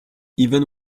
even